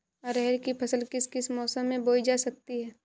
अरहर की फसल किस किस मौसम में बोई जा सकती है?